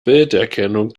bilderkennung